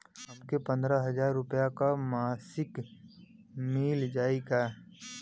हमके पन्द्रह हजार रूपया क मासिक मिल जाई का?